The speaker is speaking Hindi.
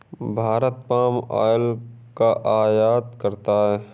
भारत पाम ऑयल का आयात करता है